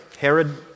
Herod